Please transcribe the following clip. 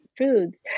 Foods